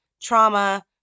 trauma